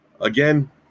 Again